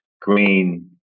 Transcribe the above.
green